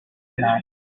man